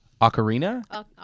Ocarina